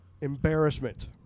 embarrassment